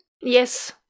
Yes